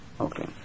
Okay